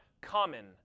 common